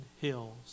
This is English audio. hills